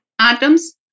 atoms